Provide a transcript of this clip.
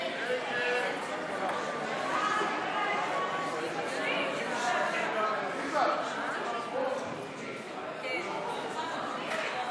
התשע"ז